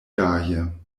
gaje